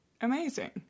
amazing